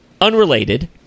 Unrelated